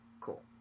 Cool